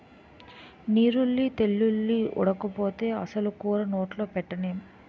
నీరుల్లి తెల్లుల్లి ఓడకపోతే అసలు కూర నోట్లో ఎట్టనేం